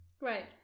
Right